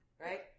right